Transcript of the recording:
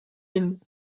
inn